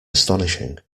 astonishing